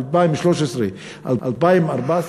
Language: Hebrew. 2013 2014,